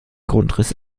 grundriss